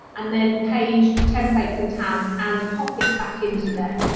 and then page templates and tabs and pop it back into there.